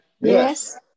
Yes